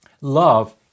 love